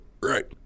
Right